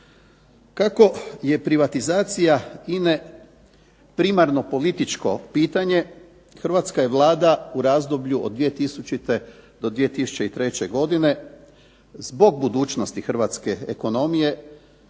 Kako je privatizacija INA-e primarno političko pitanje hrvatska je Vlada u razdoblju od 2000. do 2003. zbog budućnosti hrvatske ekonomije